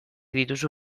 dituzu